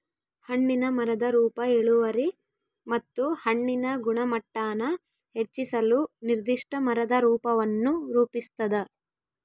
ಹಣ್ಣಿನ ಮರದ ರೂಪ ಇಳುವರಿ ಮತ್ತು ಹಣ್ಣಿನ ಗುಣಮಟ್ಟಾನ ಹೆಚ್ಚಿಸಲು ನಿರ್ದಿಷ್ಟ ಮರದ ರೂಪವನ್ನು ರೂಪಿಸ್ತದ